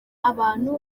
abantu